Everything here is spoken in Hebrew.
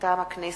מטעם הכנסת: